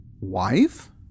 wife